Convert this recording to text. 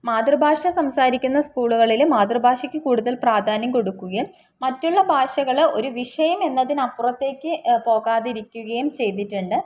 മാതൃഭാഷ സംസാരിക്കുന്ന സ്കൂളുകളില് മാതൃഭാഷയ്ക്ക് കൂടുതൽ പ്രാധാന്യം കൊടുക്കുകയും മറ്റുള്ള ഭാഷകള് ഒരു വിഷയമെന്നതിന് അപ്പുറത്തേക്ക് പോകാതിരിക്കുകയും ചെയ്തിട്ടുണ്ട്